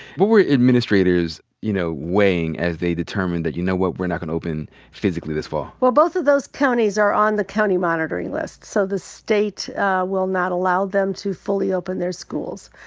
what were administrators, you know, weighing as they determined that, you know what? we're not gonna open physically this fall? well, both of those counties are on the county monitoring list. so the state will not allow them to fully open their schools.